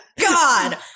God